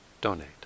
donate